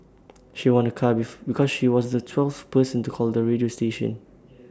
she won A car because she was the twelfth person to call the radio station